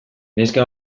neska